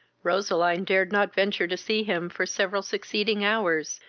roseline dared not venture to see him for several succeeding hours,